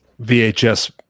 VHS